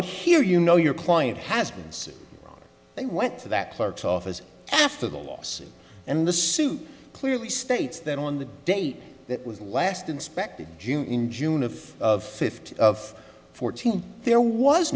but here you know your client has been sued they went to that clerk's office after the loss and the suit clearly states that on the date that was last inspected june in june of of fifty of fourteen there was